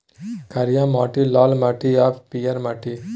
करिया माटि, लाल माटि आ पीयर माटि